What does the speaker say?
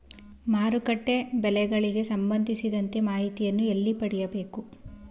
ಮಾರುಕಟ್ಟೆ ಬೆಲೆಗಳಿಗೆ ಸಂಬಂಧಿಸಿದಂತೆ ಮಾಹಿತಿಯನ್ನು ಎಲ್ಲಿ ಪಡೆಯಬೇಕು?